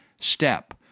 step